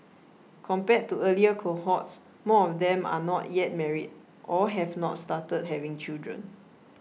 compared to earlier cohorts more of them are not yet married or have not started having children